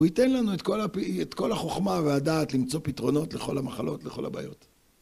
הוא ייתן לנו את כל החוכמה והדעת למצוא פתרונות לכל המחלות, לכל הבעיות.